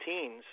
teens